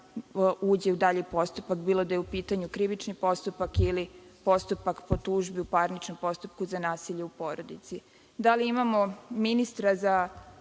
uđe u dalji postupak, bilo da je u pitanju krivični postupak ili postupak po tužbi u parničnom postupku za nasilje u porodici. Da li imamo ministra za